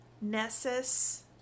Nessus